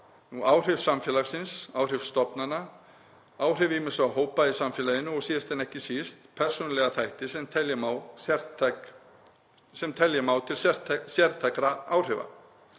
áhrif samfélagsins, áhrif stofnana, áhrif ýmissa hópa í samfélaginu og síðast en ekki síst persónulega þætti sem telja má til sértækra áhrifa.